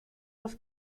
los